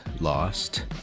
lost